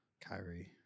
Kyrie